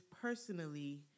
personally